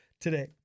today